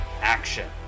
action